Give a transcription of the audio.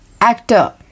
Actor